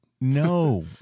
No